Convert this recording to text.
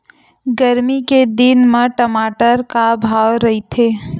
गरमी के दिन म टमाटर का भाव रहिथे?